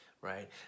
right